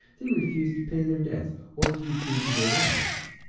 they refuse to pay their debts, or to be true to their wives.